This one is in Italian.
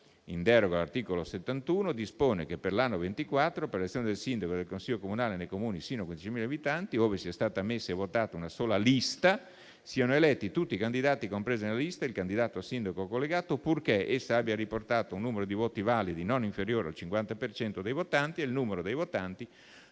in deroga all'articolo 71, dispone che, per l'anno 2024, per l'elezione del sindaco e del Consiglio comunale nei Comuni sino a 15.000 abitanti, ove sia stata ammessa e votata una sola lista, siano eletti tutti i candidati compresi nella lista e il candidato a sindaco collegato, purché essa abbia riportato un numero di voti validi non inferiore al 50 per cento dei votanti e il numero dei votanti